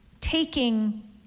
taking